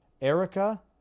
Erica